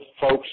folks